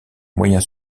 moyens